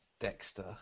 Dexter